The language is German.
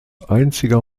einziger